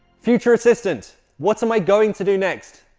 future assistant, what am i going to do next?